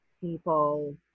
people